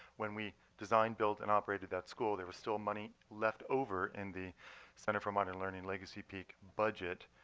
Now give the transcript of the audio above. when we designed, built, and operated that school, there was still money left over in the center for modern learning legacy peak budget.